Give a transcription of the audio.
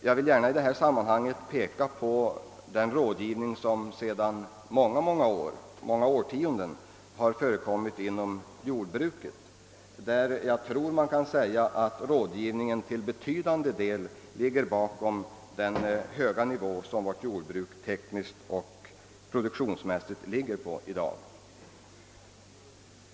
Jag vill i detta sammanhang särskilt peka på den rådgivning som sedan många årtionden tillbaka på detta sätt lämnats inom jordbruket, och jag tror mig kunna påstå att denna rådgivning till betydande del ligger bakom den höga nivå som vårt jordbruk tekniskt och produktionsmässigt har i dag.